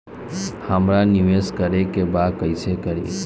हमरा निवेश करे के बा कईसे करी?